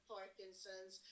Parkinson's